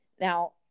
Now